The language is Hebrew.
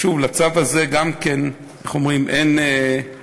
שוב, לצו הזה גם כן, איך אומרים, אין הסתייגויות